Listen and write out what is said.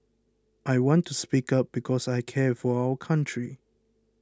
I want to speak up because I care for our country